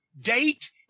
date